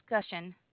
discussion